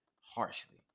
harshly